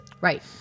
Right